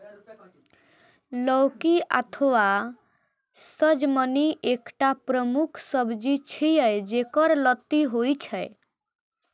लौकी अथवा सजमनि एकटा प्रमुख सब्जी छियै, जेकर लत्ती होइ छै